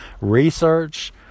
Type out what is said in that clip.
research